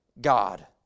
God